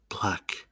black